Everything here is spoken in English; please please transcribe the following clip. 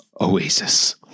oasis